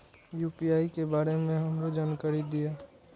UPI के बारे में हमरो जानकारी दीय?